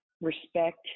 respect